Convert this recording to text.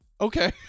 Okay